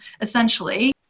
essentially